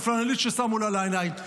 את הפלנלית ששמו לה על העיניים.